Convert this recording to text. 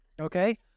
okay